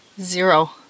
Zero